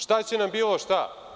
Šta će nam bilo šta?